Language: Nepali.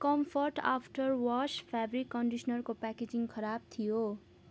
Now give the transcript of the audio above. कम्फर्ट आफ्टर वास फेब्रिक कन्डिसनरको प्याकेजिङ खराब थियो